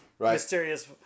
mysterious